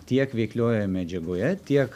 tiek veikliojoje medžiagoje tiek